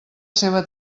seva